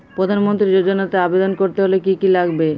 প্রধান মন্ত্রী যোজনাতে আবেদন করতে হলে কি কী লাগবে?